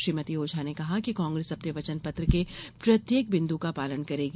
श्रीमती ओझा ने कहा कि कांग्रेस अपने वचन पत्र के प्रत्येक बिंदु का पालन करेगी